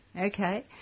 okay